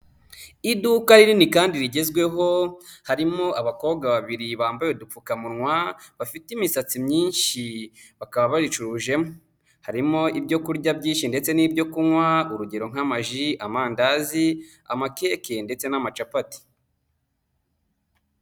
Iduka rinini kandi rigezweho harimo abakobwa babiri bambaye udupfukamunwa bafite imisatsi myinshi, bakaba bayicurujemo. Harimo ibyo kurya byinshi ndetse n'ibyo kunywa urugero nk'amaji, amandazi, amakeke ndetse n'amacapati.